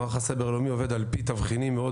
מערך הסייבר הלאומי עובד על פי תבחינים מאוד